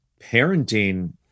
parenting